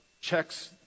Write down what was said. checks